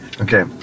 okay